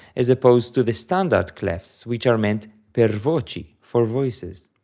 as opposed to the standard clefs, which are meant per voci for voices.